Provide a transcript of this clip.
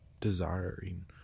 desiring